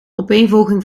opeenvolging